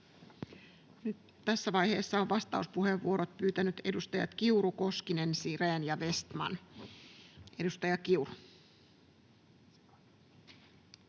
tässä vaiheessa ovat vastauspuheenvuorot pyytäneet edustajat Kiuru, Koskinen, Sirén ja Vestman. — Edustaja Kiuru. Arvoisa